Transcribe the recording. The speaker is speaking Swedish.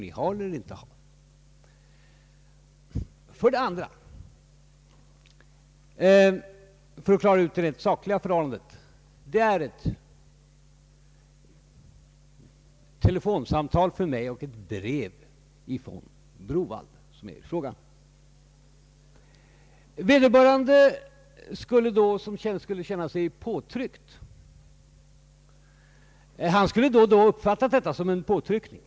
För det andra förekom, för att klara ut rent sakliga förhållanden, ett telefonsamtal från mig och ett brev från bankdirektör Browaldh, som det alltså här är fråga om. Vederbörande skulle således ha uppfattat detta som en påtryckning!